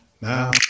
now